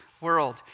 world